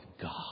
God